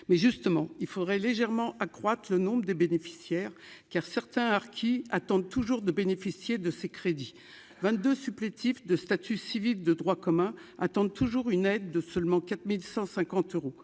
mais justement il faudrait légèrement accroître le nombre des bénéficiaires, car certains harkis attendent toujours de bénéficier de ces crédits 22 supplétifs de statut civil de droit commun, attendent toujours une aide de seulement 4150 euros,